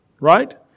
right